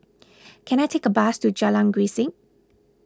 can I take a bus to Jalan Grisek